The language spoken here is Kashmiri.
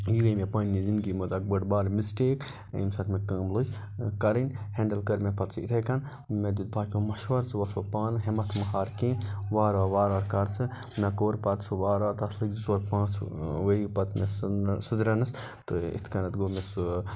یہِ گٔیے مےٚ پنٛنہِ زِںدگی منٛز اَکھ بٔڑ بار مِسٹیک ییٚمہِ ساتہٕ مےٚ کٲم لٔج کَرٕنۍ ہٮ۪نٛڈٕل کٔر مےٚ پَتہٕ سُہ یِتھَے کَنۍ مےٚ دیُت باقیو مَشوَرٕ ژٕ وۄتھ وَ پانہٕ ہٮ۪مَتھ مہٕ ہار کینٛہہ وارٕ وارٕ وارٕ وارٕ کَر ژٕ مےٚ کوٚر پَتہٕ سُہ وارٕ وارٕ تَتھ لٔگۍ زٕ ژور پانٛژھ ؤری پَتہٕ مےٚ سُدرَنَس تہٕ اِتھ کَنَتھ گوٚو مےٚ سُہ